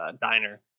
diner